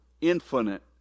infinite